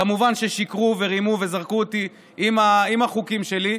כמובן ששיקרו ורימו וזרקו אותי עם החוקים שלי.